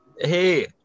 Hey